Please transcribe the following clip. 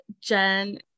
Jen